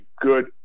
good